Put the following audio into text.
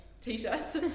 t-shirts